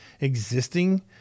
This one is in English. existing